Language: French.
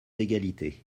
d’égalité